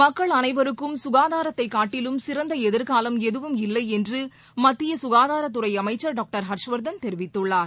மக்கள் அனைவருக்கும் கசாதாரத்தை காட்டிலும் சிறந்த எதிர்காலம் எதுவும் இல்லை என்று மத்திய சுகாதாரத்துறை அமைச்சர் டாக்டர் ஹர்ஷ் வர்தன் தெரிவித்துள்ளார்